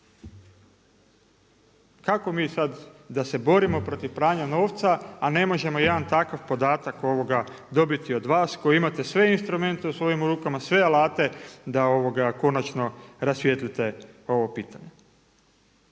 Kako mi sad da se borimo protiv pranja novca, a ne možemo jedan takav podatak dobiti od vas koji imate sve instrumente u svojim rukama, sve alate da konačno rasvijetlite ovo pitanje.